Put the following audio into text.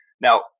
Now